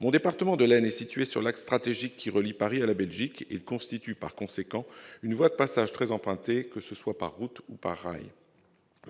Mon département, l'Aisne, est situé sur l'axe stratégique qui relie Paris à la Belgique, et constitue par conséquent une voie de passage très empruntée, que ce soit par route ou par rail.